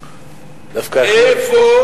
דווקא, איפה